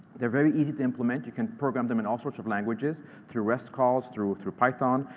they're very easy to implement. you can program them in all sorts of languages through rest calls, through through python.